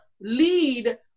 lead